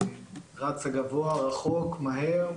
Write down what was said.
היא רצה גבוה, רחוק ומהר.